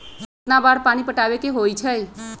कितना बार पानी पटावे के होई छाई?